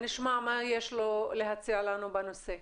נשמע מה יש לו להציע לנו בנושא.